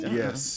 yes